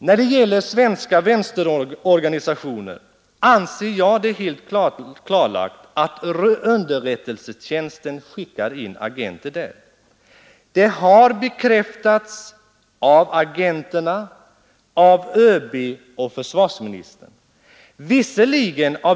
När det gäller svenska vänsterorganisationer anser jag det helt klarlagt att underrättelsetjänsten skickar in agenter där. Det har bekräftats av agenterna samt av ÖB och försvarsministern.